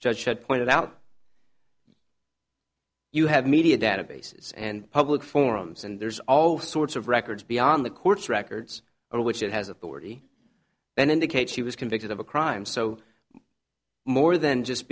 judge should pointed out you have media databases and public forums and there's all sorts of records beyond the court's records over which it has authority then indicate she was convicted of a crime so more than just